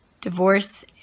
divorce